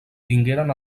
tingueren